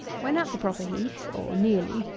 when at the proper heat, or nearly,